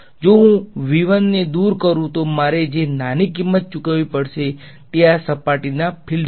જો હુ ન દૂર કરુ તો મારે જે નાની કિંમત ચુકવવી પડશે તે આ સપાટીના ફિલ્ડ છે